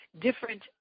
different